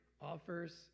offers